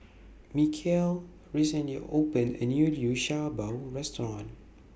Mikeal recently opened A New Liu Sha Bao Restaurant